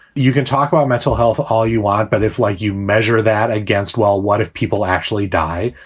you can talk about mental health all you want. but if like you measure that against, well, what if people actually die,